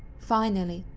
finally,